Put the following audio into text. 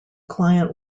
client